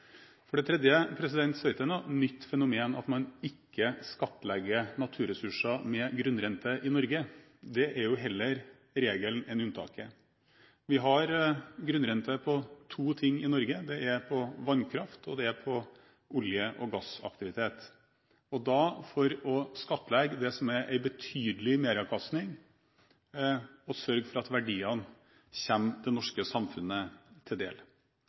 For det tredje er det ikke noe nytt fenomen at man ikke skattlegger naturressurser med grunnrente i Norge; det er jo heller regelen enn unntaket. Vi har grunnrente på to ting i Norge, og det er på vannkraft og på olje- og gassaktivitet – da for å skattlegge det som er en betydelig meravkastning og sørge for at verdiene kommer det norske samfunnet til del.